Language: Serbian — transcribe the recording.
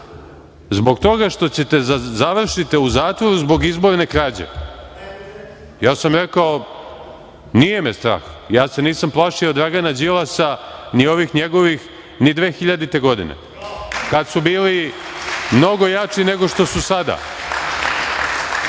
zbog toga što ćete da završite u zatvoru zbog izborne krađe? Ja sam rekao, nije me strah, ja se nisam plašio Dragana Đilasa ni ovih njegovih ni 2000. godine kada su bili mnogo jači nego što su sada.